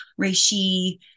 reishi